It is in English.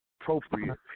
appropriate